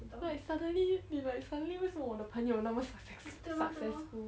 所以 suddenly 你 like suddenly 为什么我的朋友那么 successf~ successful